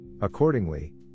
Accordingly